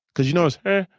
because you notice, heh,